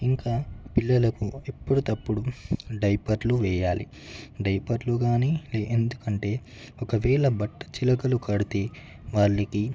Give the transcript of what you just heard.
ఇంకా పిల్లలకు ఎప్పటకప్పుడు డైపర్లు వేయాలి డైపర్లు కానీ ఎందుకంటే ఒకవేళ బట్ట చిలకలు కడితే వాళ్ళకి